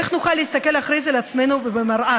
איך נוכל להסתכל אחרי זה על עצמנו במראה?